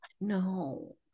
No